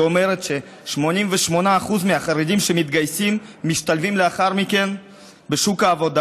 שאומרת ש-88% מהחרדים שמתגייסים משתלבים לאחר מכן בשוק העבודה